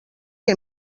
que